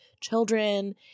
children